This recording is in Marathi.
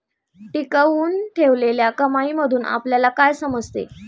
टिकवून ठेवलेल्या कमाईमधून आपल्याला काय समजते?